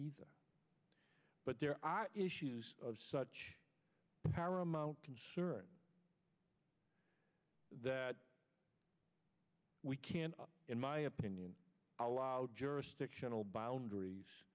either but there are issues of such paramount concern that we can't in my opinion allowed jurisdictional boundaries